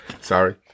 Sorry